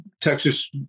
Texas